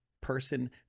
person